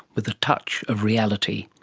with a touch of reality.